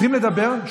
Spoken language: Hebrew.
צריכים לדבר,